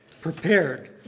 prepared